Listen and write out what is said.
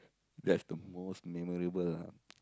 that's the most memorable ah